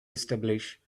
establish